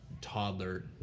toddler